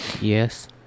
Yes